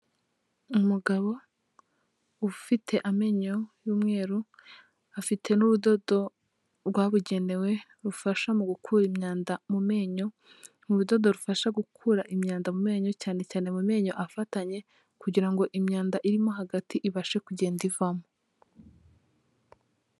Umugabo ufite amenyo y'umweru afite n'urudodo rwabugenewe rufasha mu gukura imyanda mu menyo, ni urudodo rufasha gukura imyanda mu menyo cyane cyane mu menyo afatanye kugira ngo imyanda irimo hagati ibashe kugenda ivamo.